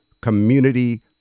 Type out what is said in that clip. Community